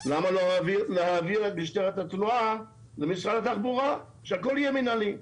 אז למה לא להעביר את משטרת התנועה למשרד התחבורה ושהכול יהיה מינהלי?